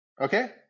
Okay